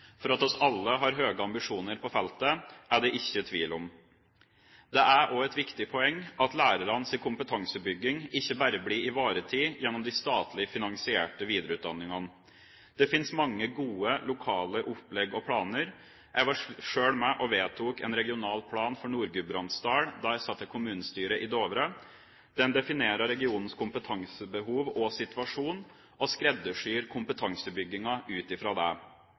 for lærerne. For at vi alle har høye ambisjoner på feltet, er det ikke tvil om. Det er også et viktig poeng at lærernes kompetansebygging ikke bare ivaretas gjennom de statlig finansierte videreutdanningene. Det fins mange gode lokale opplegg og planer. Jeg var sjøl med og vedtok en regional plan for Nord-Gudbrandsdalen da jeg satt i kommunestyret i Dovre. Den definerer regionens kompetansebehov og situasjon og skreddersyr kompetansebygginga ut fra det.